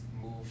move